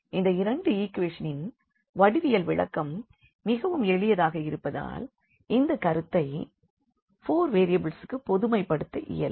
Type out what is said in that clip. இந்த இரண்டு ஈக்வேஷன்ஸ் ன் வடிவியல் விளக்கம் மிகவும் எளியதாக இருப்பதால் இந்தக் கருத்தை 4 வேரியபிள்ஸ் க்கு பொதுமைப்படுத்த இயலும்